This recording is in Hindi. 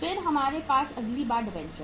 फिर हमारे पास अगली बात डिबेंचर है